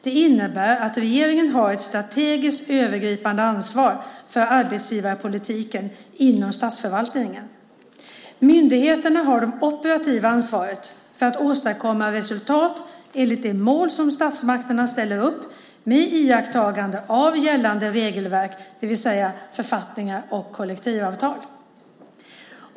Det innebär att regeringen har ett strategiskt övergripande ansvar för arbetsgivarpolitiken inom statsförvaltningen. Myndigheterna har det operativa ansvaret för att åstadkomma resultat enligt de mål som statsmakterna ställer upp, med iakttagande av gällande regelverk, det vill säga författningar och kollektivavtal.